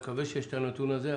אני מקווה שיש את הנתון הזה.